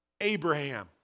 Abraham